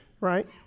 right